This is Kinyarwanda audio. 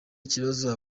ikibazo